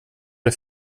det